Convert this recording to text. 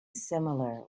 similar